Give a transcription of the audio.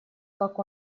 как